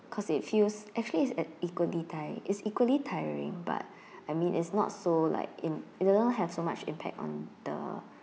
cause it feels actually it's at equally ti~ is equally tiring but I mean is not so like in it doesn't have so much impact on the